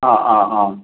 ആ ആ ആ